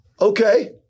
Okay